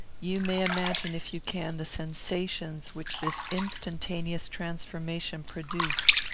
you may imagine, if you can, the sensations which this instantaneous transformation produced.